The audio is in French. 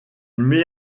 met